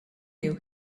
you